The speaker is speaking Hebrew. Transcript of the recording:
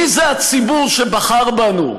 מי זה הציבור שבחר בנו?